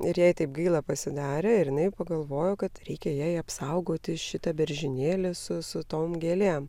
ir jai taip gaila pasidarė ir jinai pagalvojo kad reikia jai apsaugoti šitą beržynėlį su su tom gėlėm